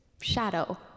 shadow